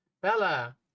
Bella